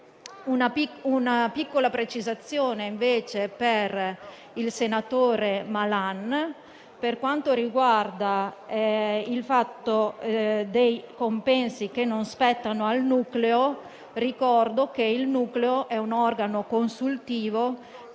Una piccola precisazione invece per il senatore Malan, per quanto riguarda i compensi che non spettano al nucleo: il nucleo è un organo consultivo